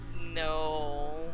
No